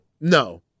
No